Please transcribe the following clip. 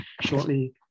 shortly